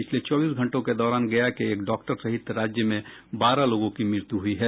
पिछले चौबीस घंटे के दौरान गया के एक डॉक्टर सहित राज्य में बारह लोगों की मृत्यु हुई है